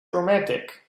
romantic